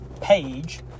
page